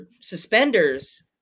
suspenders